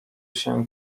się